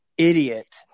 idiot